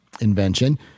invention